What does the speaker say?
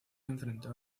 enfrentó